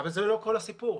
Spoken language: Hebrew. זה לא כל הסיפור.